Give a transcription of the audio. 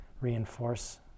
reinforce